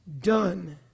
done